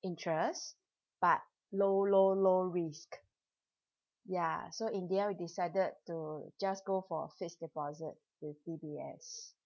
interest but low low low risk ya so in the end we decided to just go for fixed deposit with D_B_S